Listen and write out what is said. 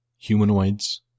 Humanoids